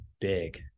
big